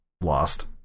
lost